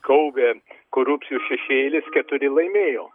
gaubė korupcijų šešėlis keturi laimėjo